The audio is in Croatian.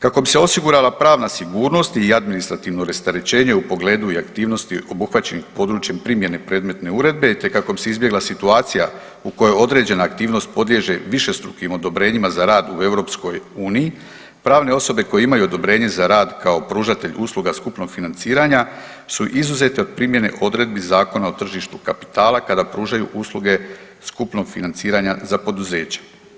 Kako bi se osigurala pravna sigurnost i administrativno rasterećenje u pogledu i aktivnosti obuhvaćenih područjem primjene predmetne uredbe te kako bi se izbjegla situacija u kojoj je određena aktivnost podliježe višestrukim odobrenjima za rad u EU pravne osobe koje imaju odobrenje za rad kao pružatelj usluga skupnog financiranja su izuzete od primjene odredbi Zakona o tržištu kapitala kada pružaju usluge skupnog financiranja za poduzeća.